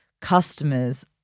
customers